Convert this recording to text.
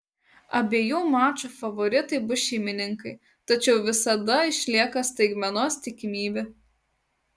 abiejų mačų favoritai bus šeimininkai tačiau visada išlieka staigmenos tikimybė